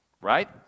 Right